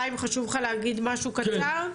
חיים, חשוב לך להגיד משהו קצר?